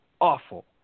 awful